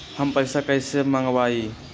हम पैसा कईसे मंगवाई?